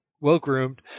well-groomed